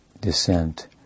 descent